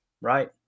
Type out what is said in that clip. Right